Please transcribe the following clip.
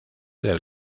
del